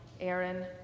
Aaron